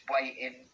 waiting